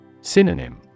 Synonym